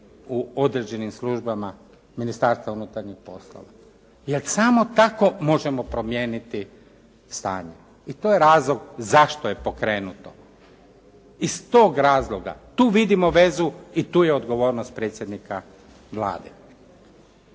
u određenim službama Ministarstva unutarnjih poslova, jer samo tako možemo promijeniti stanje i to je razlog zašto je pokrenuto. Iz tog razloga tu vidimo vezu i tu je odgovornost predsjednika Vlade.